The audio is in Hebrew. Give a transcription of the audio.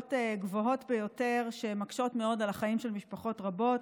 בעלויות גבוהות ביותר שמקשות מאוד על החיים של משפחות רבות.